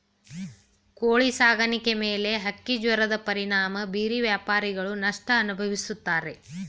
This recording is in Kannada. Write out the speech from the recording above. ಕೋಳಿ ಸಾಕಾಣಿಕೆ ಮೇಲೆ ಹಕ್ಕಿಜ್ವರದ ಪರಿಣಾಮ ಬೀರಿ ವ್ಯಾಪಾರಿಗಳು ನಷ್ಟ ಅನುಭವಿಸುತ್ತಾರೆ